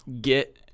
Get